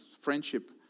friendship